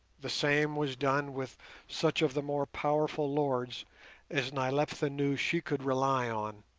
the same was done with such of the more powerful lords as nyleptha knew she could rely on,